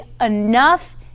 enough